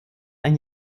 ein